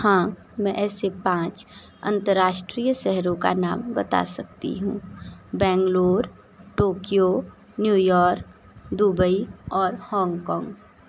हाँ मैं ऐसे पाँच अंतर्राष्ट्रीय शहरों का नाम बता सकती हूँ Bangalore Tokyo New York Dubai और हाँग काँग